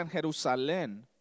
Jerusalem